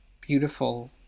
beautiful